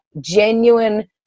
genuine